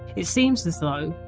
it seems as though,